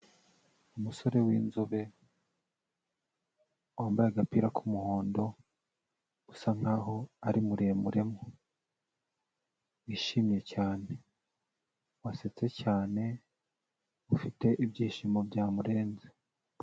Umusore w'inzobe, wambaye agapira k'umuhondo, usa nk'aho ari muremuremo, wishimye cyane, wasetse cyane, ufite ibyishimo byamurenze.